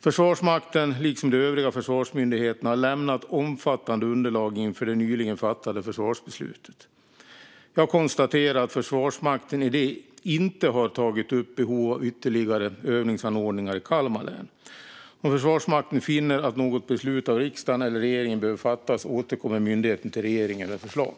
Försvarsmakten, liksom de övriga försvarsmyndigheterna, har lämnat omfattande underlag inför det nyligen fattade försvarsbeslutet. Jag konstaterar att Försvarsmakten i det inte har tagit upp behov av ytterligare övningsanordningar i Kalmar län. Om Försvarsmakten finner att något beslut av riksdagen eller regeringen behöver fattas återkommer myndigheten till regeringen med förslag.